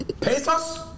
pesos